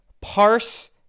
parse